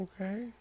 Okay